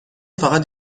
فقط